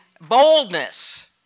boldness